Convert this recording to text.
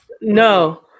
No